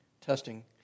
Testing